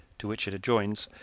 to which it adjoins,